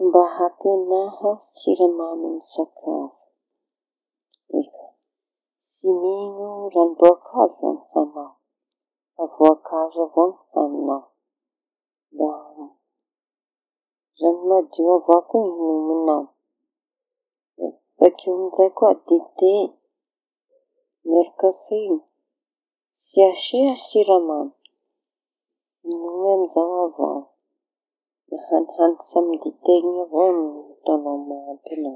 Mba ampiheña siramamy amy sakafo. Tsy mino rano-mboakazo zañy añao fa voankazo avao no haniñao da raño madio avao no hiñomiñao. Bakeo amizay koa dite na kafe iñy tsy asia siramamy oñomy amizao avao da hañihañitsy amy dite iñy avao no da mañana- teña.